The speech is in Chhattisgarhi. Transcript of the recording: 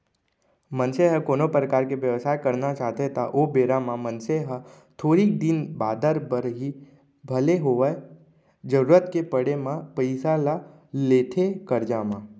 मनसे ह कोनो परकार के बेवसाय करना चाहथे त ओ बेरा म मनसे ह थोरिक दिन बादर बर ही भले होवय जरुरत के पड़े म पइसा ल लेथे करजा म